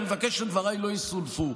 אני מבקש שדבריי לא יסולפו,